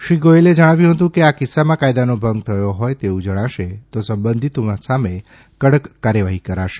શ્રી ગોયલે જણાવ્યું હતું કે આ કિસ્સામાં કાયદાનો ભંગ થયો હોય તેવું જણાશે તો સંબંધીતો સામે કડક કાર્યવાહી કરાશે